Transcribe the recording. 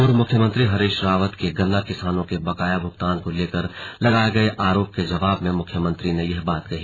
पूर्व मुख्यमंत्री हरीश रावत के गन्ना किसानों के बकाया भूगतान को लेकर लगाए गए आरोप के जवाब में मुख्यमंत्री ने यह बात कही